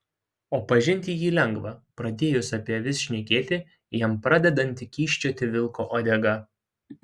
o pažinti jį lengva pradėjus apie avis šnekėti jam pradedanti kyščioti vilko uodega